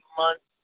months